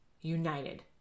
United